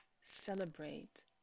celebrate